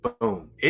boom